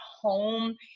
home